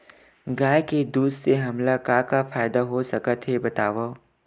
गाय के दूध से हमला का का फ़ायदा हो सकत हे बतावव?